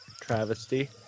Travesty